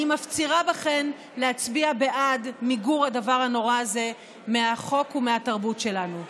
אני מפצירה בכן להצביע בעד מיגור הדבר הנורא הזה מהחוק ומהתרבות שלנו.